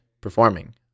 performing